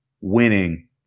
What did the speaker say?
winning